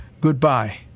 Good-bye